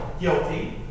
guilty